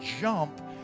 jump